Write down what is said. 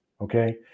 Okay